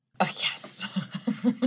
Yes